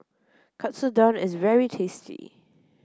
Katsudon is very tasty